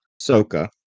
Soka